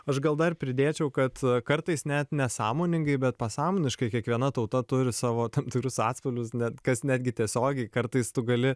aš gal dar pridėčiau kad kartais net nesąmoningai bet pasąmoniškai kiekviena tauta turi savo tam tikrus atspalvius net kas netgi tiesiogiai kartais tu gali